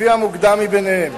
לפי המוקדם ביניהם.